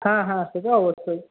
হ্যাঁ হ্যাঁ সে তো অবশ্যই